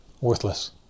Worthless